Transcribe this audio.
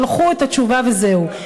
שלחו את התשובה וזהו.